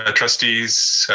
ah trustees,